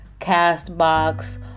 CastBox